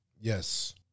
Yes